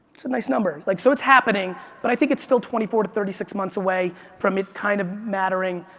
it's a nice number. like so it's happening but i think it's still twenty four thirty six months away from it kind of mattering.